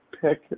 pick